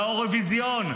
לאירוויזיון.